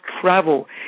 travel